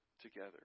together